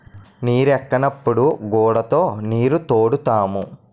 నీరెక్కనప్పుడు గూడతో నీరుతోడుతాము